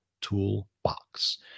toolbox